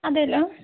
അതെല്ലോ